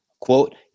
Quote